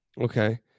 okay